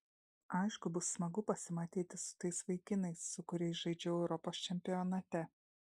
aišku bus smagu pasimatyti su tais vaikinais su kuriais žaidžiau europos čempionate